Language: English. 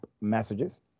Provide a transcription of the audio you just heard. messages